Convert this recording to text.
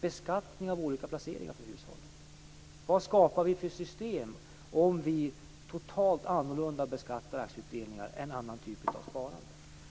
beskattning av olika placeringar för hushållen. Vad skapar vi för system om vi beskattar aktieutdelningar totalt annorlunda än andra typer av sparande?